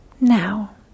now